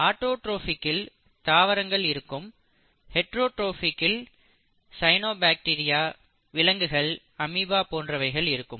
ஆக ஆட்டோடிரோப்ஸ்இல் தாவரங்கள் இருக்கும் ஹெட்ரோடிரோப்ஸ்இல் சையனோபாக்டீரியா விலங்குகள் அமீபா போன்றவைகள் இருக்கும்